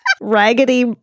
raggedy